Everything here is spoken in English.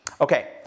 Okay